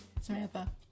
Samantha